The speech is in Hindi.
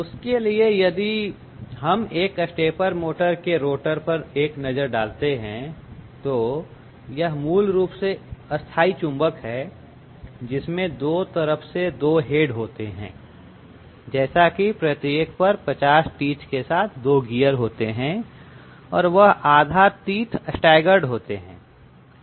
उसके लिए यदि हम एक स्टेपर मोटर के रोटर पर एक नजर डालते हैं तो यह मूल रूप से स्थाई चुंबक है जिसमें दो तरफ से दो हेड होते हैं जैसे की प्रत्येक पर 50 तीथ के साथ 2 गियर होते हैं और वह आधा तीथ स्टैगर्ड होते हैं ठीक है